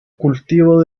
cultivo